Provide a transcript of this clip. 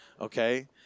okay